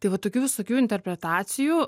tai vat tokių visokių interpretacijų